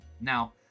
Now